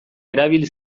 erabili